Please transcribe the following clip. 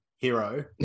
hero